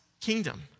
kingdom